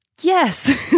yes